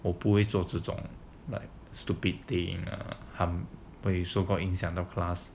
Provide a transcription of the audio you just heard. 我不会做这种 like stupid thing err hmm you so called 影响到 class